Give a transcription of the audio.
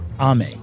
Ame